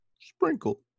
Sprinkle